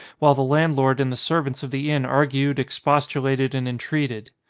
while the landlord and the servants of the inn argued, expostulated, and entreated.